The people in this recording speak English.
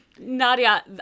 Nadia